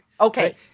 Okay